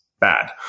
bad